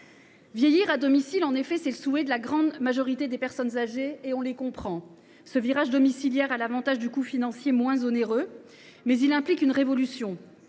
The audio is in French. Vieillir à domicile, c’est le souhait de la très grande majorité des personnes âgées, ce que l’on peut comprendre. Ce virage domiciliaire a l’avantage d’un coût financier moindre, mais il implique une révolution